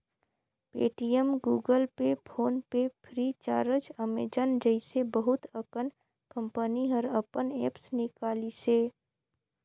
Paytm, Google Pay, PhonePe FreeCharge, Amazon जइसे बहुत अकन कंपनी हर अपन ऐप्स निकालिसे